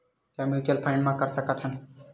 का mutual fund म कर सकत हन?